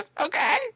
Okay